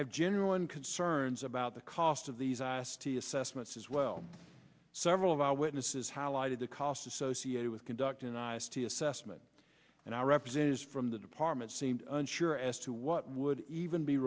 have genuine concerns about the cost of these ice t assessments as well several of our witnesses highlighted the costs associated with conducting an ice tea assessment and our representatives from the department seemed unsure as to what would even be